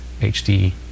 HD